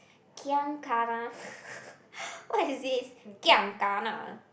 giam kana what is this giam kana